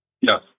Yes